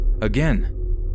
again